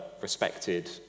respected